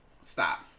stop